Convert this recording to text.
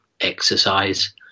exercise